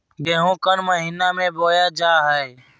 गेहूँ कौन महीना में बोया जा हाय?